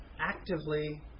actively